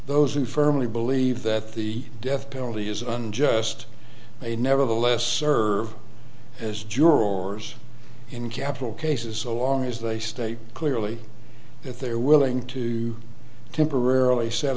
those who firmly believe that the death penalty is unjust they nevertheless serve as jurors in capital cases along as they state clearly if they're willing to temporarily set